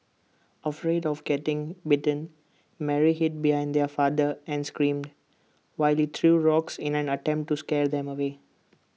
afraid of getting bitten Mary hid behind her father and screamed while he threw rocks in an attempt to scare them away